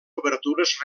obertures